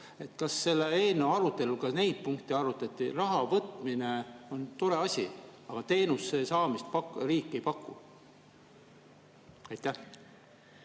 Kas selle eelnõu arutelul ka neid punkte arutati? Raha võtmine on tore asi, aga teenuse saamist riik ei paku. Aitäh,